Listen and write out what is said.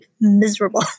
miserable